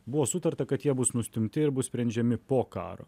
buvo sutarta kad jie bus nustumti ir bus sprendžiami po karo